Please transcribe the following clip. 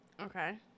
Okay